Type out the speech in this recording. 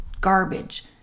garbage